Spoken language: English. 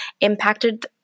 impacted